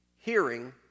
hearing